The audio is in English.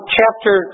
chapter